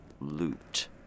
loot